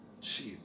Jesus